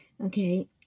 Okay